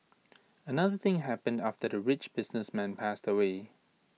another thing happened after the rich businessman passed away